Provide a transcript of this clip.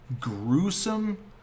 gruesome